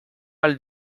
ahal